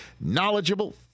knowledgeable